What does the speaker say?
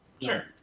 Sure